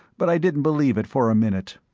but i didn't believe it for a minute.